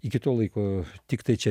iki to laiko tiktai čia